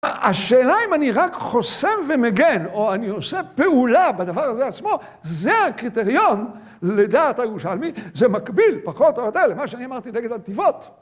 השאלה אם אני רק חוסם ומגן, או אני עושה פעולה בדבר הזה עצמו, זה הקריטריון לדעת הירושלמי, זה מקביל פחות או יותר למה שאני אמרתי דגל הנתיבות.